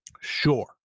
sure